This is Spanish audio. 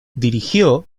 dirigió